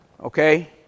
Okay